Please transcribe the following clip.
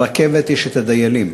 ברכבת יש דיילים,